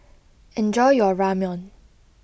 enjoy your Ramen